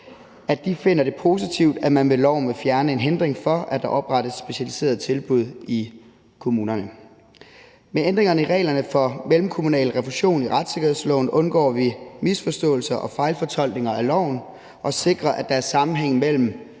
at de finder det positivt, at man med forslaget vil fjerne en hindring for, at der oprettes specialiserede tilbud i kommunerne. Med ændringerne i reglerne for mellemkommunal refusion i retssikkerhedsloven undgår vi misforståelser og fejlfortolkninger af loven og sikrer, at der er sammenhæng mellem